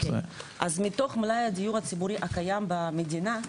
אז מתוך מלאי הדיור הציבורי הקיים במדינה,